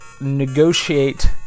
negotiate